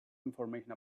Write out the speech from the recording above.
information